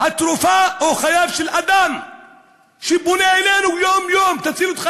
התרופה או חייו של אדם שפונה אלינו יום-יום: תצילו את חיי?